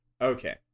Okay